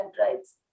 rights